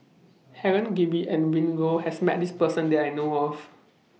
Helen Gilbey and Willin Low has Met This Person that I know of